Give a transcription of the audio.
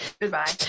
Goodbye